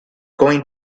going